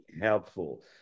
helpful